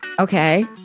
okay